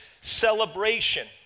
celebration